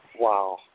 Wow